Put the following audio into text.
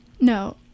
No